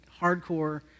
hardcore